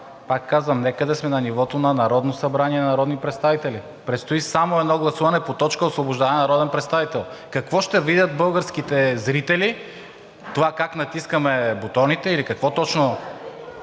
Пак казвам, нека да сме на нивото на Народно събрание, на народни представители. Предстои само едно гласуване по точка за освобождаване на народен представител. Какво ще видят българските зрители – това как натискаме бутоните или какво точно?